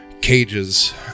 cages